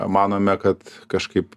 manome kad kažkaip